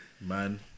Man